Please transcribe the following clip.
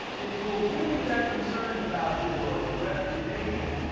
if you're really that concerned about your reputation,